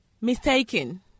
Mistaken